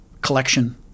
collection